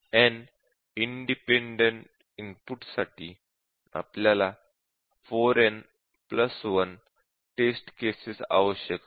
n independent input साठी आपल्याला 4n1 test cases आवश्यक आहेत